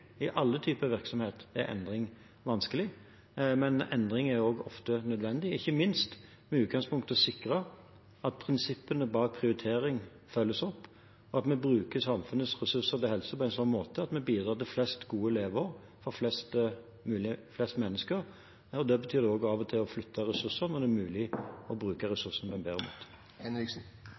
ofte nødvendig, ikke minst med utgangspunkt i å sikre at prinsippene bak prioriteringen følges opp, og at vi bruker samfunnets ressurser til helse på en slik måte at vi bidrar til flest mulig gode leveår for flest mulig mennesker. Det betyr også av og til å flytte ressurser når det er mulig å bruke ressursene bedre. Jeg registrerer at også denne statsråden peker nedover i systemet og peker på